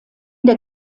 der